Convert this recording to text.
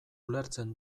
ulertzen